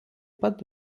pat